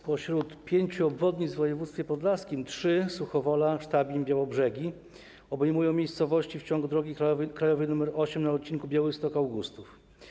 Spośród pięciu obwodnic w województwie podlaskim trzy - Suchowola, Sztabin, Białobrzegi - obejmują miejscowości w ciągu drogi krajowej nr 8 na odcinku Białystok - Augustów.